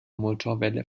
motorwelle